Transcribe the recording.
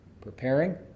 preparing